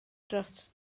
dros